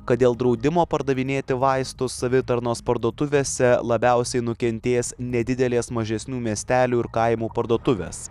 kad dėl draudimo pardavinėti vaistus savitarnos parduotuvėse labiausiai nukentės nedidelės mažesnių miestelių ir kaimų parduotuvės